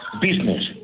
business